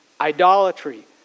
idolatry